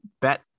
bet